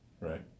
Right